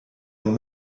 und